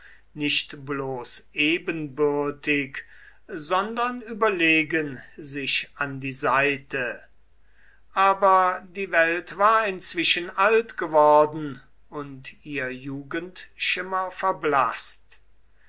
nicht bloß ebenbürtig sondern überlegen sich an die seite aber die welt war inzwischen alt geworden und ihr jugendschimmer verblaßt